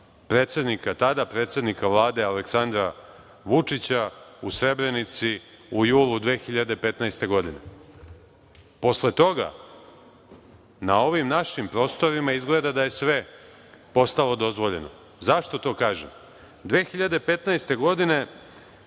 tada predsednika Vlade Aleksandra Vučića u Srebrenici u julu 2015. godine. Posle toga na ovim našim prostorima izgleda da je sve postalo dozvoljeno.Zašto to kažem? Godine